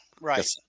Right